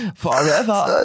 forever